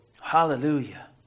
Hallelujah